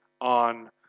on